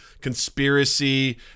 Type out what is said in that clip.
conspiracy